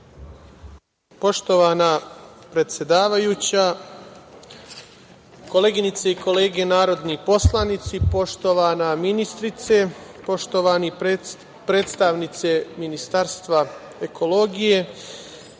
Poštovana predsedavajuća, koleginice i kolege narodni poslanici, poštovana ministrice, poštovane predstavnice Ministarstva ekologije,